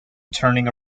turning